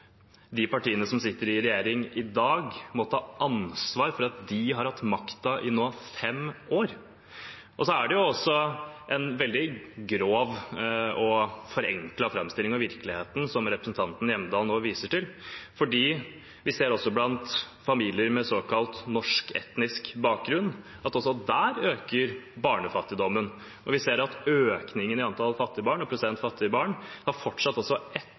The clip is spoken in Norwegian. de partiene som sitter i regjering i dag, må ta ansvar for at de har hatt makten i nå 5 år. Det er også en veldig grov og forenklet framstilling av virkeligheten representanten Hjemdal nå viser til, for vi ser blant familier med såkalt norsk etnisk bakgrunn at også der øker barnefattigdommen. Og vi ser at økningen i antall og prosent fattige barn har fortsatt også